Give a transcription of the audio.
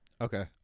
Okay